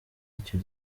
icyo